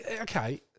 okay